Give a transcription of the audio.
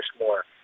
more